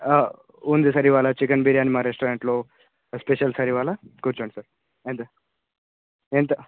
ఉంది సార్ ఇవాళ చికెన్ బిర్యానీ మా రెస్టారంట్లో ఎస్పెషల్ సార్ ఇవాళ కూచోండి సార్ ఏంద ఏంటో